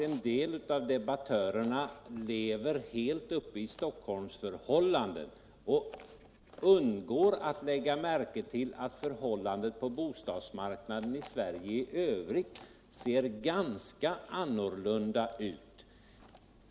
En del av debattörerna tycks leva helt uppe i Stockholmsförhållanden och undgå att lägga märke till att förhållandena på bostadsmarknaden i Sverige i Övrigt ser ganska annorlunda ut.